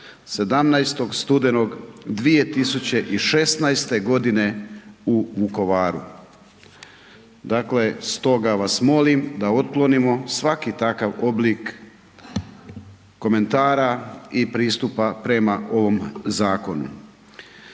17. studenoga 2016. godine u Vukovaru. Dakle, stoga vas molim da otklonimo svaki takav oblik komentara i pristupa prema ovom zakonu.